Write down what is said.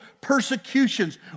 persecutions